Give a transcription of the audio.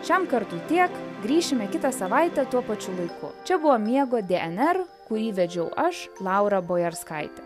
šiam kartui tiek grįšime kitą savaitę tuo pačiu laiku čia buvo miego dnr kurį vedžiau aš laura bojarskaitė